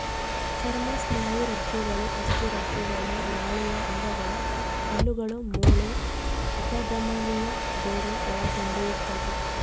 ಚರ್ಮ ಸ್ನಾಯುರಜ್ಜುಗಳು ಅಸ್ಥಿರಜ್ಜುಗಳು ನಾಳೀಯ ಅಂಗಗಳು ಹಲ್ಲುಗಳು ಮೂಳೆ ಅಪಧಮನಿಯ ಗೋಡೆ ಒಳಗೊಂಡಿರ್ತದ